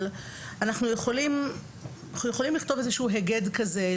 אבל אנחנו יכולים לכתוב היגד כזה,